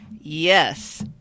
Yes